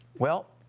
well,